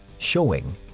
showing